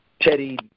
Teddy